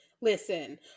Listen